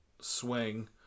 Swing